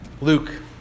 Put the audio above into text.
Luke